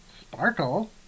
Sparkle